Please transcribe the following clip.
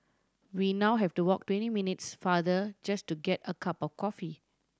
we now have to walk twenty minutes farther just to get a cup of coffee